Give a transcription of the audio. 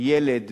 ילד